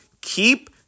keep